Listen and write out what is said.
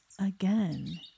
Again